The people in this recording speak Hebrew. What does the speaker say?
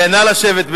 נא לשבת.